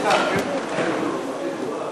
רק על הנושא הזה?